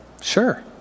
Sure